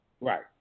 Right